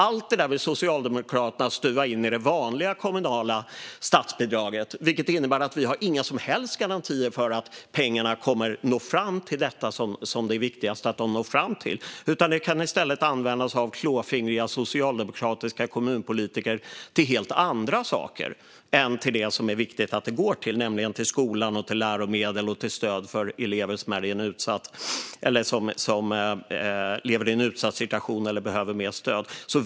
Allt det där vill Socialdemokraterna stuva in i det vanliga kommunala statsbidraget, vilket innebär att man inte har några som helst garantier för att pengarna når fram till det som det är viktigast att de når fram till. De kan i stället användas av klåfingriga socialdemokratiska kommunpolitiker till helt andra saker än det som det är viktigt att de går till, nämligen skola, läromedel och stöd för elever som lever i utsatta situationer eller behöver mer stöd.